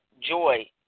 joy